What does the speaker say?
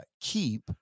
Keep